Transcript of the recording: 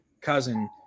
cousin